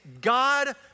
God